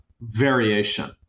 variation